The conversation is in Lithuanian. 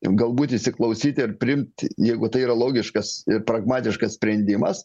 ir galbūt įsiklausyti ir priimti jeigu tai yra logiškas ir pragmatiškas sprendimas